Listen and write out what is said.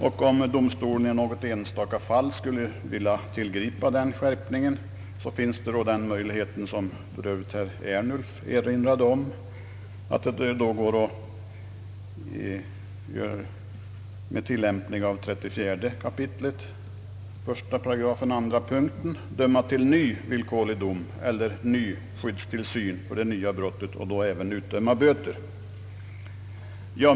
Om domstolen i något enstaka fall skulle vilja tillgripa den skärpningen finns den möjligheten — som för övrigt herr Ernulf erinrade om — att med tillämpning av 34 kap. 1 § andra punkten döma till ny villkorlig dom eller ny skyddstillsyn för det nya brottet och att då även utdöma böter.